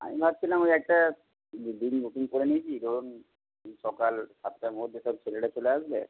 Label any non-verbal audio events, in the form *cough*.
আমি ভাবছিলাম ওই একটা *unintelligible* ডেলি রুটিন করে নিয়েছি ধরুন সকাল সাতটার মধ্যে সব ছেলেরা চলে আসবে